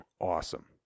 awesome